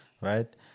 right